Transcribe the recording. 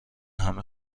همه